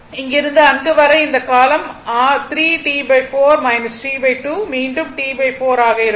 இங்கிருந்து அங்கு வரை இந்த காலம் r 3 T4 T2 மீண்டும் T 4 ஆக இருக்கும்